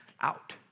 out